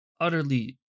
utterly